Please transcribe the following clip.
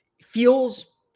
feels